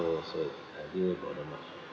so so I didn't bother much